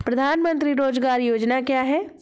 प्रधानमंत्री रोज़गार योजना क्या है?